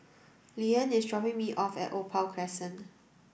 Leeann is dropping me off at Opal Crescent